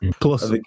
Plus